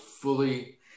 fully